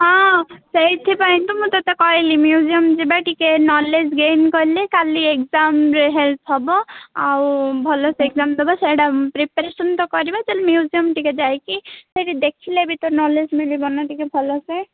ହଁ ସେଇଥିପାଇଁ ତ ମୁଁ ତତେ କହିଲି ମ୍ୟୁଜିୟମ୍ ଯିବା ଟିକେ ନଲେଜ୍ ଗେନ୍ କଲେ କାଲି ଏଗଜାମ୍ରେ ହେଲ୍ପ୍ ହବ ଆଉ ଭଲସେ ଏଗଜାମ୍ ଦବା ସେଇଟା ପ୍ରିପାରେସନ୍ ତ କରିବା ଚାଲ ମ୍ୟୁଜିୟମ୍ ଟିକେ ଯାଇକି ସେଇଠି ଦେଖିଲେ ବି ତ ନଲେଜ୍ ମିଳିବନା ଟିକେ ଭଲସେ